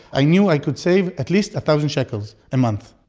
i knew i could save at least a thousand shekels a month.